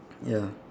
ya